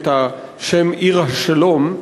את השם "עיר השלום".